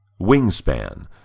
Wingspan